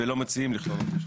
ולא מציעים לכלול אותו שם.